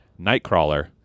Nightcrawler